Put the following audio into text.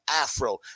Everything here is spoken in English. Afro